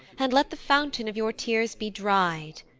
and let the fountain of your tears be dry'd,